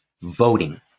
voting